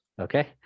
Okay